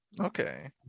okay